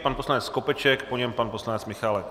Pan poslanec Skopeček, po něm pan poslanec Michálek.